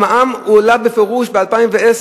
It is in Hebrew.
המע"מ הועלה בפירוש ב-2010.